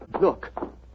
Look